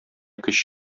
көч